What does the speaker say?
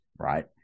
right